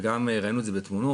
וגם ראינו את זה בתמונות,